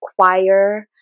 choir